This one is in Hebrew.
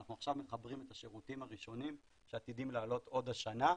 אנחנו עכשיו מחברים את השירותים הראשונים שעתידים לעלות עוד השנה.